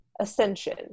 ascension